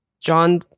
John